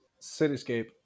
Cityscape